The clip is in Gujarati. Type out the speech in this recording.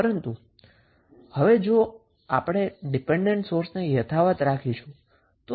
પરંતુ આપણે ડિપેન્ડન્ટ સોર્સને યથાવત રાખવા પડશે